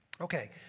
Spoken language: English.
Okay